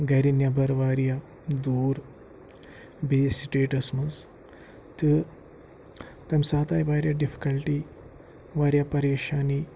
گَرِ نٮ۪بَر وارِیاہ دوٗر بیٚیِس سِٹیٹَس منٛز تہٕ تَمہِ ساتہٕ آیہِ وارِیاہ ڈِفکَلٹی وارِیاہ پَریشٲنی